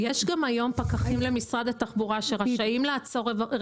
יש גם היום פקחים למשרד התחבורה שרשאים לעצור רכבים